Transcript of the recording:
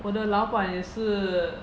我的老板也是